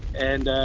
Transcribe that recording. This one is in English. and, ah,